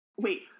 Wait